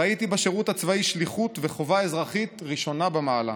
ראיתי בשירות הצבאי שליחות וחובה אזרחית ראשונה במעלה.